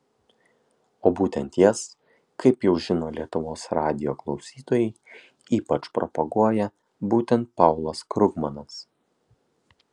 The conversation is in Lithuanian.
o būtent jas kaip jau žino lietuvos radijo klausytojai ypač propaguoja būtent paulas krugmanas